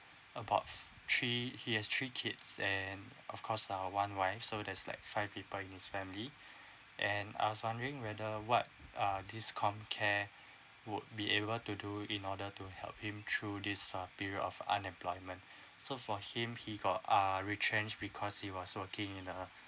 about three he has three kids and of course uh one wife so there's like five people in his family and I was wondering whether what uh this comcare would be able to do in order to help him through this uh period of unemployment so for him he got uh retrench because he was working in a